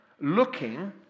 looking